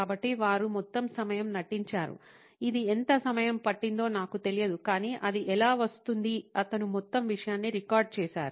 కాబట్టి వారు మొత్తం సమయం నటించారు ఇది ఎంత సమయం పట్టిందో నాకు తెలియదు కాని అది ఎలా వస్తుంది అతను మొత్తం విషయాన్ని రికార్డ్ చేశారు